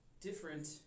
different